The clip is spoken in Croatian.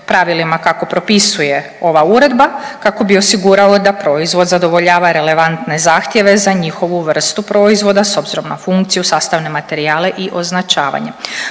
kako propisuje ova uredba kako bi osigurao da proizvod zadovoljava relevantne zahtjeve za njihovu vrstu proizvoda s obzirom na funkciju, sastavne materijale i označavanje.